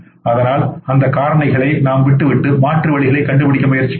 அதனால் அந்த காரணிகளைநாம் விட்டுவிட்டு மாற்று வழிகளைக்கண்டுபிடிக்க முயற்சிக்க வேண்டும்